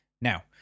Now